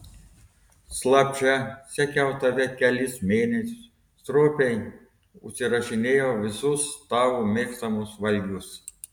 slapčia sekiau tave kelis mėnesius stropiai užsirašinėjau visus tavo mėgstamus valgius